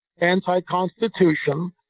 anti-Constitution